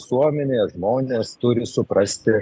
visuomenėje žmonės turi suprasti